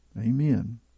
Amen